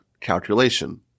calculation